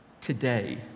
today